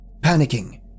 panicking